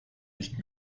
nicht